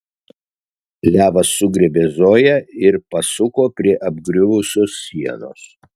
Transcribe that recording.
levas sugriebė zoją ir pasuko prie apgriuvusios sienos